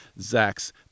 Zach's